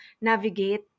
navigate